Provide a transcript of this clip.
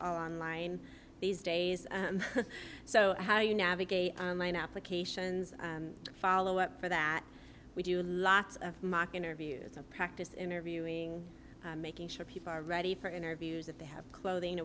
online these days so how do you navigate mine applications to follow up for that we do lots of mock interviews and practice interviewing making sure people are ready for interviews that they have clothing